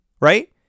Right